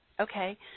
Okay